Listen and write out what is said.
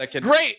Great